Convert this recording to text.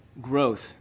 growth